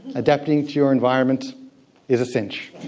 adapting to your environment is a cinch.